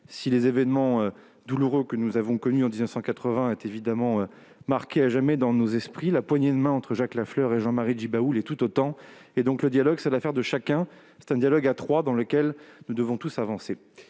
Si les événements douloureux que nous avons connus dans les années 1980 sont évidemment marqués à jamais dans nos esprits, la poignée de main entre Jacques Lafleur et Jean-Marie Tjibaou l'est tout autant. Le dialogue est l'affaire de chacun. C'est un dialogue à trois, dans lequel nous devons tous avancer.